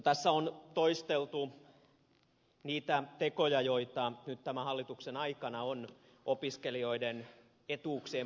tässä on toisteltu niitä tekoja joita nyt tämän hallituksen aikana on opiskelijoiden etuuksien parantamiseksi tehty